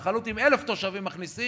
התנחלות עם 1,000 תושבים מכניסים.